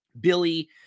Billy